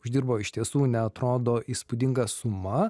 uždirbo iš tiesų neatrodo įspūdinga suma